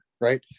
Right